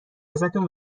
ازتون